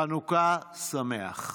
חנוכה שמח.